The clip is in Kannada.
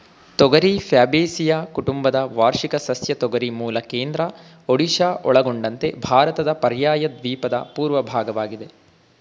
ತೊಗರಿ ಫ್ಯಾಬೇಸಿಯಿ ಕುಟುಂಬದ ವಾರ್ಷಿಕ ಸಸ್ಯ ತೊಗರಿ ಮೂಲ ಕೇಂದ್ರ ಒಡಿಶಾ ಒಳಗೊಂಡಂತೆ ಭಾರತದ ಪರ್ಯಾಯದ್ವೀಪದ ಪೂರ್ವ ಭಾಗವಾಗಿದೆ